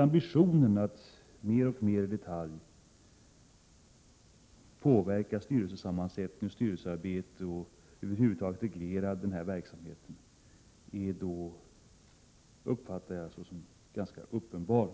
Ambitionen att mer och mer i detalj påverka styrelsesammansättning och styrelsearbete och att över huvud taget reglera denna verksamhet uppfattar jag som relativt uppenbar.